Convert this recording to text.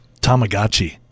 Tamagotchi